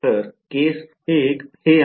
तर केस 1 हे आहे